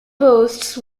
boasts